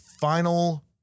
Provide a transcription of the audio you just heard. final